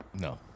no